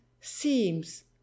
seems